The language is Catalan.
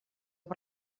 per